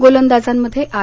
गोलंदाजांमध्ये R